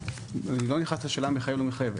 אני לא נכנס לשאלה מחייב או לא מחייב,